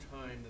time